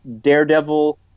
Daredevil